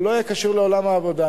הוא לא יהיה קשור לעולם העבודה.